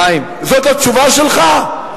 חיים, זאת התשובה שלך?